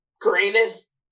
greatest